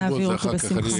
נעביר אותו בשמחה.